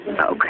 okay